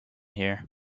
here